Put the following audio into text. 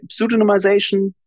pseudonymization